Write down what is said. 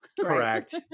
Correct